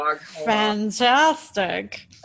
Fantastic